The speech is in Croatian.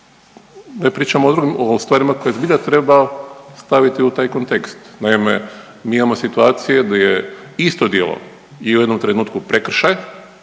ne pričamo o stvarima koje zbilja treba staviti u taj kontekst. Naime, mi imamo situacije gdje isto djelo je u jednom trenutku prekršaj